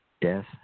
death